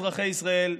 אזרחי ישראל.